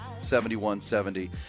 71-70